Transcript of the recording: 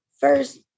first